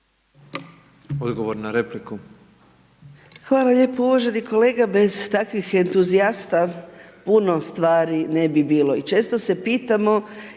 Anka (GLAS)** Hvala lijepo uvaženi kolega, bez takvih entuzijasta puno stvari ne bi bilo. I često se pitamo